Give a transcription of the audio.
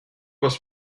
was